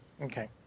Okay